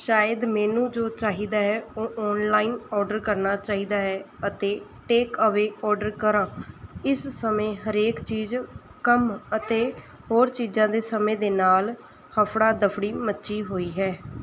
ਸ਼ਾਇਦ ਮੈਨੂੰ ਜੋ ਚਾਹੀਦਾ ਹੈ ਉਹ ਔਨਲਾਈਨ ਔਡਰ ਕਰਨਾ ਚਾਹੀਦਾ ਹੈ ਅਤੇ ਟੇਕ ਅਵੇ ਔਡਰ ਕਰਾਂ ਇਸ ਸਮੇਂ ਹਰੇਕ ਚੀਜ਼ ਕੰਮ ਅਤੇ ਹੋਰ ਚੀਜ਼ਾਂ ਦੇ ਸਮੇਂ ਦੇ ਨਾਲ ਹਫੜਾ ਦਫੜੀ ਮਚੀ ਹੋਈ ਹੈ